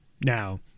Now